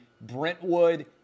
Brentwood